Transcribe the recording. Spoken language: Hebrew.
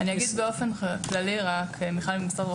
מיכל: אני אגיד באופן כללי,